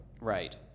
Right